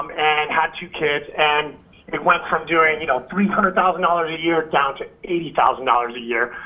and had two kids and went from doing you know three hundred thousand dollars a year down to eighty thousand dollars a year.